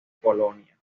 polonia